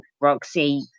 Roxy